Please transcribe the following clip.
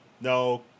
No